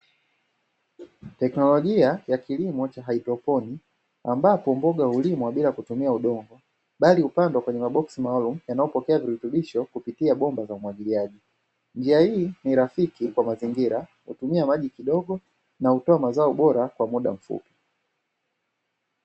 Teknolojia ya kilimo cha haidroponiki ambapo mboga hulimwa bila kutumia udongo bali hupandwa kwenye maboksi maalumu yanayopokea virutubisho kupitia bomba za umwagiliaji. Njia hii ni rafiki kwa mazingira hutumia maji kidogo na hutoa mazao bora kwa muda mfupi.